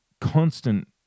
constant